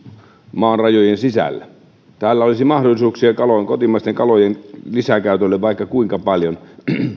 maan rajojen sisällä täällä olisi mahdollisuuksia kotimaisten kalojen lisäkäyttöön vaikka kuinka paljon